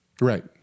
right